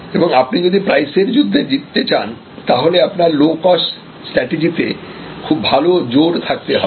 এবং আপনি যদি প্রাইস এর যুদ্ধে জিততে চান তাহলে আপনার লো কস্ট স্ট্রাটেজি তে খুব ভালো জোর থাকতে হবে